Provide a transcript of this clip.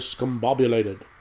discombobulated